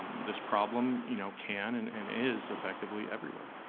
this problem you know can and and is effectively everywhere.